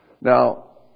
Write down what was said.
Now